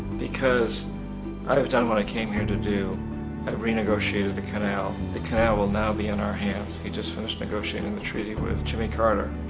because i've done what i came here to do i renegotiated the canal. the canal will now be in our hands, we just finished negotiating the treaty with jimmy carter.